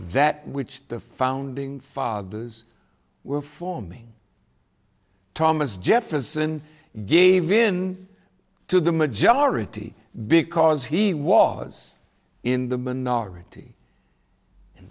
that which the founding fathers were forming thomas jefferson gave in to the majority because he was in the minority